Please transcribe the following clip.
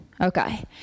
Okay